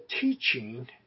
teaching